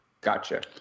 Gotcha